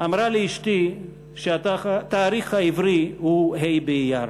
אמרה לי אשתי שהתאריך העברי הוא ה' באייר,